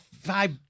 five